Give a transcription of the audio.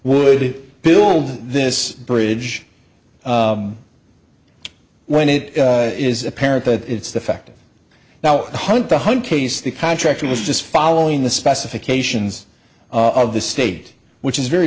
would build this bridge when it is apparent that it's the fact now hunt the hunt case the contractor was just following the specifications of the state which is very